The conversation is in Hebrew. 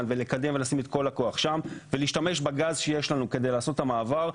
ולקדם ולשים את כל הכוח שם ולהשתמש בגז שיש לנו כדי לעשות את המעבר,